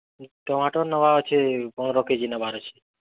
ଟମାଟର୍ ନେବାର୍ ଅଛି ପନ୍ଦର କେ ଜି ନେବାର୍ ଅଛି